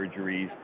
surgeries